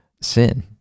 sin